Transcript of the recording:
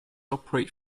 operate